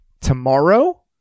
tomorrow